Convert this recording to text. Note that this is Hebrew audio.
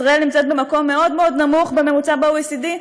ישראל נמצאת במקום מאוד מאוד נמוך בממוצע ב-OECD.